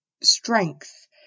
strength